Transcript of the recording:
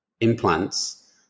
implants